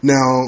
Now